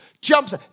jumps